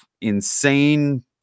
insane